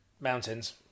Mountains